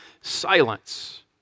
silence